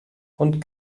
und